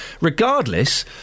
regardless